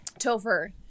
Topher